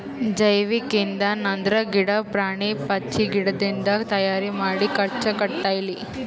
ಜೈವಿಕ್ ಇಂಧನ್ ಅಂದ್ರ ಗಿಡಾ, ಪ್ರಾಣಿ, ಪಾಚಿಗಿಡದಿಂದ್ ತಯಾರ್ ಮಾಡೊ ಕಚ್ಚಾ ತೈಲ